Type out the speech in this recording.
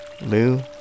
Lou